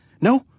No